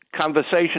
conversation